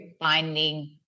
binding